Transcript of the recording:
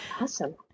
Awesome